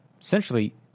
essentially